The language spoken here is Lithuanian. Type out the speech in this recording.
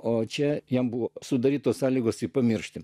o čia jam buvo sudarytos sąlygos jį pamiršti